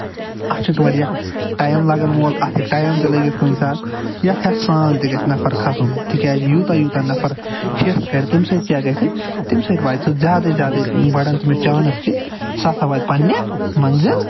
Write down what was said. اَتھ چھُ واریاہ ٹایم لَگن وول تہٕ اَتھ ہٮ۪کہِ ٹایِم تہِ لٔگِتھ کُنہِ ساتہٕ یَتھ ہٮ۪سہٕ سان تہِ گژھِ نَفر کھسُن تِکیازِ یوٗتاہ یوٗتاہ نَفر ہٮ۪س کرِ تَمہِ سۭتۍ کیاہ گژھِ تَمہِ سۭتۍ واتہِ سُہ زیادٕے زیادٕے بَڑن تٔمِس چانٔس سُہ سا واتہِ پَنٕنہِ مٔنزِل